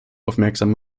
aufmerksam